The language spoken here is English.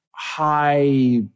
high